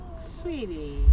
Sweetie